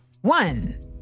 one